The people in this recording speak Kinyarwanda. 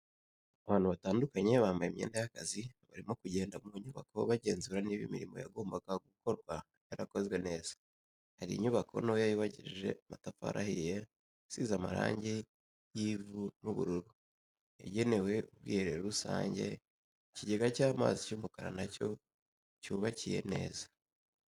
Abantu batandukanye bambaye imyenda y'akazi barimo kugenda mu nyubako bagenzura niba imirimo yagombaga gukorwa yarakozwe neza, hari inyubako ntoya yubakishije amatafari ahiye isize amarangi y'ivu n'ubururu yagenewe ubwiherero rusange ikigega cy'amazi cy'umukara nacyo cyubakiye neza.